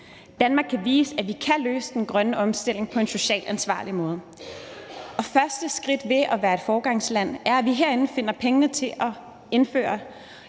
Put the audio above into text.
Danmark kan vise, at vi kan løse den grønne omstilling på en socialt ansvarlig måde, og første skridt ved at være et foregangsland er, at vi herinde finder pengene til at gennemføre